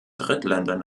drittländern